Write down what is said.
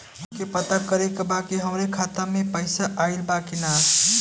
हमके पता करे के बा कि हमरे खाता में पैसा ऑइल बा कि ना?